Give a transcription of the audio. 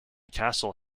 castle